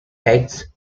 eggs